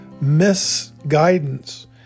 misguidance